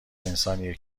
انسانیه